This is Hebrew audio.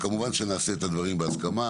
כמובן שנעשה את הדברים בהסכמה,